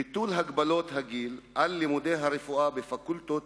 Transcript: ביטול הגבלות הגיל על לימודי הרפואה בפקולטות